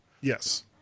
yes